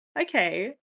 okay